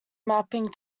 mapping